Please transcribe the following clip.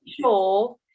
sure